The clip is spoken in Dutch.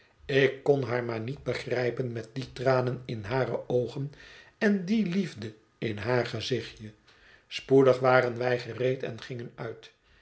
ik kon haar maar niet begrijpen met die tranen in hare oogen en die liefde in haar gezichtje spoedig waren wij gereed en gingen uit